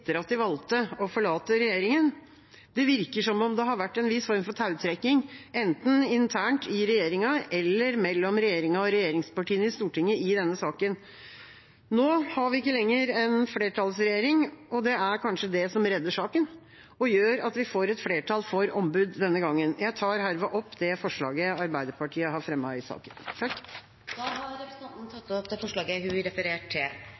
at de valgte å forlate regjeringa. Det virker som om det har vært en viss form for tautrekking enten internt i regjeringa eller mellom regjeringa og regjeringspartiene i Stortinget i denne saken. Nå har vi ikke lenger en flertallsregjering, og det er kanskje det som redder saken og gjør at vi får et flertall for ombud denne gangen? Jeg tar herved opp det forslaget Arbeiderpartiet har fremmet i saken. Representanten Lise Christoffersen har tatt opp det forslaget hun refererte til.